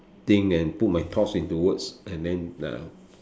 think and put my thoughts into words and then uh